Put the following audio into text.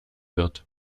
wird